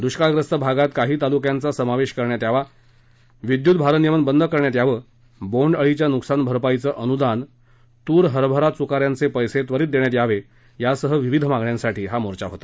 दृष्काळग्रस्त भागात काही तालुक्यांचा समावेश करण्यात यावा विद्युत भारनियमन बंद करण्यात यावे बोन्ड अळीच्या नुकसानभरपाईचे अनुदान तूर हरभरा चुकऱ्यांचे पैसे त्वरित देण्यात यावे यासह विविध मागण्यांसाठी हा मोर्चा होता